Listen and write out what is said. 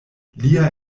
lia